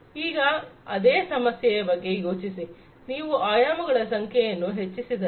ಈಗ ಅದೇ ಸಮಸ್ಯೆಯ ಬಗ್ಗೆ ಯೋಚಿಸಿ ನೀವು ಆಯಾಮಗಳ ಸಂಖ್ಯೆಯನ್ನು ಹೆಚ್ಚಿಸಿದರೆ